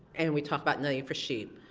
and we talked about nutty for sheep.